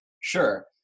sure